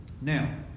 Now